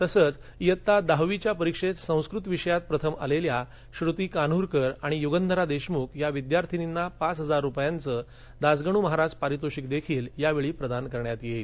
तसंच इयत्ता दहावीच्या परीक्षेत संस्कृत विषयात प्रथम आलेल्या श्रृती कान्हरकर आणि युगंधरा देशमुख या विद्यार्थिनींना पाच हजार रुपयांचं दासगणू महाराज पारितोषिक देखील या वेळी प्रदान करण्यात येईल